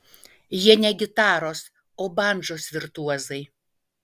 jie ne gitaros o bandžos virtuozai